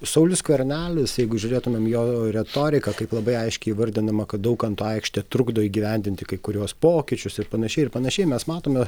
saulius skvernelis jeigu žiūrėtumėm jo retoriką kaip labai aiškiai įvardinama kad daukanto aikštė trukdo įgyvendinti kai kuriuos pokyčius ir panašiai ir panašiai mes matome